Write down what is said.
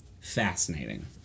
Fascinating